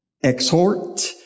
exhort